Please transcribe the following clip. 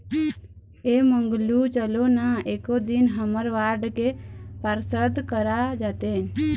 ऐ मंगलू चलो ना एको दिन हमर वार्ड के पार्षद करा जातेन